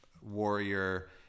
Warrior